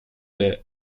der